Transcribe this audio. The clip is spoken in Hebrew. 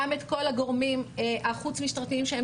גם את כל הגורמים החוץ משטרתיים שהם